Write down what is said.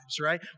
Right